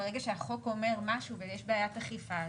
ברגע שהחוק אומר משהו ויש בעיית אכיפה,